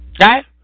right